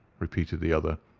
repeated the other,